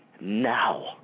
now